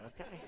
okay